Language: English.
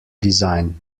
design